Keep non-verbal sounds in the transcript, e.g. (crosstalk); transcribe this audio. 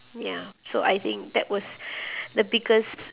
ya so I think that was (breath) the biggest